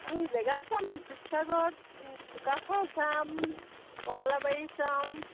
আমি জেগা চাম শিৱসাগৰত চুকাফা চাম কমলাবাৰী চাম